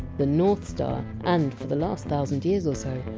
the north star and, for the last thousand years or so,